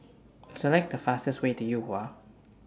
Select The fastest Way to Yuhua